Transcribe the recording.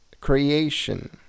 creation